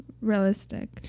Realistic